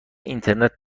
اینترنت